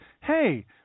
Hey